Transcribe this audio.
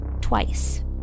twice